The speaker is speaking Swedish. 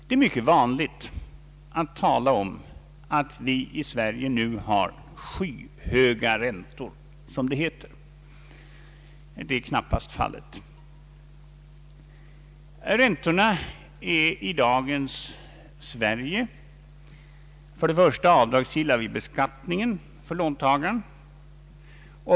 Det är mycket vanligt att tala om att vi i Sverige nu har skyhöga räntor, som det heter. Så är knappast fallet. Räntorna är i dagens Sverige för det första avdragsgilla vid beskattningen för låntagaren.